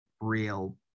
real